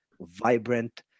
vibrant